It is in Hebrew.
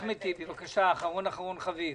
אחמד טיבי בבקשה, אחרון-אחרון חביב.